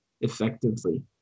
effectively